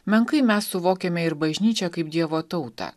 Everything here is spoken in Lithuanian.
menkai mes suvokiame ir bažnyčią kaip dievo tautą